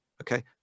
Okay